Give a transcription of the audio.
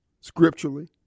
Scripturally